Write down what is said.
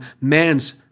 man's